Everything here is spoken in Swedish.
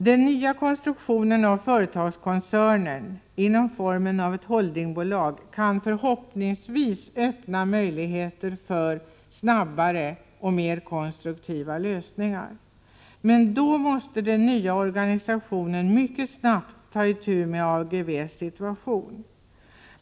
Den nya konstruktionen av företagskoncernen i form av ett holdingbolag kan förhoppningsvis öppna möjligheter för snabbare och mer konstruktiva lösningar. Men då måste organisationen mycket snabbt ta itu med AGEVE:s situation.